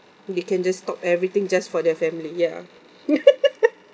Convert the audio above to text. they can just stop everything just for their family ya